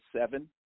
seven